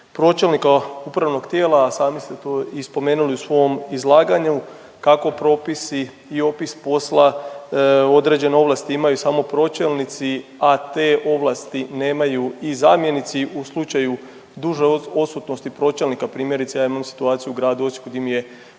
pročelnika upravnog tijela, a sami ste to i spomenuli u svom izlaganju, kako propisi i opis posla određene ovlasti imaju samo pročelnici, a te ovlasti nemaju i zamjenici u slučaju duže odsutnosti pročelnika, primjerice ja imam situaciju u gradu Osijeku di mi je